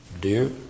Dear